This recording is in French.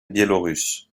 biélorusse